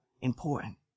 important